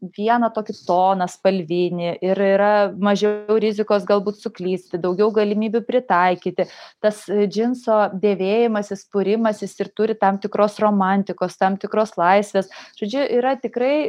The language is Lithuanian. vieną tokį toną spalvinį ir yra mažiau rizikos galbūt suklysti daugiau galimybių pritaikyti tas džinso dėvėjimasis spurimas jis ir turi tam tikros romantikos tam tikros laisvės žodžiu yra tikrai